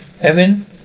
Evan